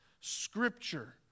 scripture